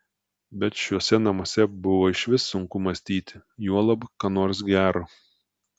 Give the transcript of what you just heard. bet šiuose namuose buvo išvis sunku mąstyti juolab ką nors gero